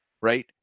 Right